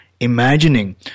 Imagining